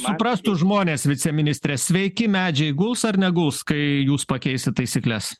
suprastų žmonės viceministre sveiki medžiai guls ar neguls kai jūs pakeisit taisykles